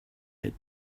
had